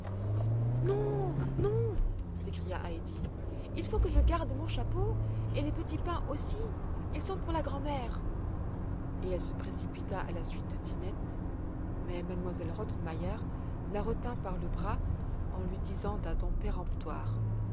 non non s'écria heidi il faut que je garde mon chapeau et les petits pains aussi ils sont pour la grand'mère et elle se précipita à la suite de tinette mais m elle rottenmeier la retint par le bras en lui disant d'un ton